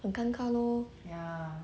很尴尬 lor